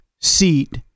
seat